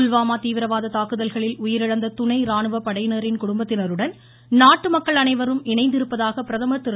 புல்வாமா தீவிரவாத தாக்குதல்களில் உயிரிழந்த துணை ராணுவப்படையினரின் குடும்பத்தினருடன் நாட்டு மக்கள் அனைவரும் இணைந்திருப்பதாக பிரதமர் திரு